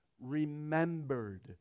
remembered